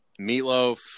meatloaf